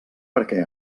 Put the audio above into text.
perquè